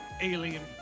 alien